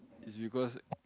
is because